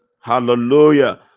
Hallelujah